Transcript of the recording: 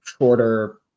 shorter